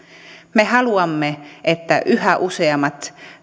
me haluamme että yhä useammat